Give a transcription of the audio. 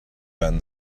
been